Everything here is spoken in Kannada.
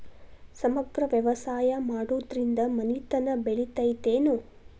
ಸಮಗ್ರ ವ್ಯವಸಾಯ ಮಾಡುದ್ರಿಂದ ಮನಿತನ ಬೇಳಿತೈತೇನು?